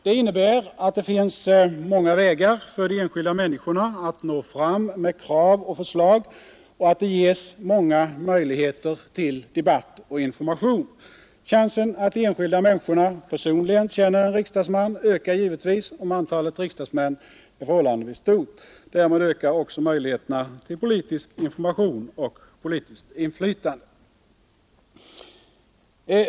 Det innebär att det finns många vägar för de enskilda människorna att nå fram med krav och förslag och att det ges många möjligheter till debatt och information. Chanserna att de enskilda människorna personligen känner en riksdagsman ökar givetvis om antalet riksdagsmän är förhållandevis stort. Därmed ökar också möjligheterna till politisk information och politiskt inflytande.